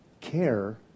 care